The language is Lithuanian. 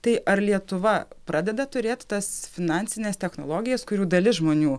tai ar lietuva pradeda turėt tas finansines technologijas kurių dalis žmonių